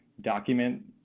document